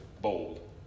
bold